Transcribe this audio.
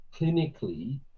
clinically